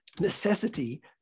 necessity